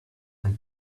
and